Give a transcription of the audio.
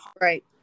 right